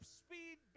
speed